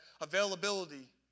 availability